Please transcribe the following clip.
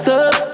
up